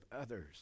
others